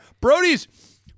Brody's